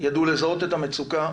ידעו לזהות את המצוקה